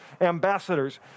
ambassadors